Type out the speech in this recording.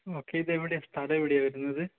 okay ഇതെവിടെയാണ് സ്ഥലമെവിടെയാണു വരുന്നത്